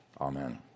Amen